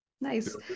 Nice